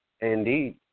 Indeed